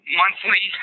monthly